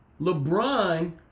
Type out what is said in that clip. LeBron